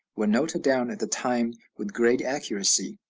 were noted down at the time with great accuracy.